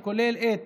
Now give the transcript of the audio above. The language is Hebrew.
הכולל את